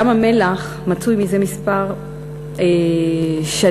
ים-המלח מצוי זה כמה שנים,